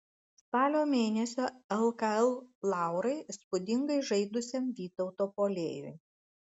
spalio mėnesio lkl laurai įspūdingai žaidusiam vytauto puolėjui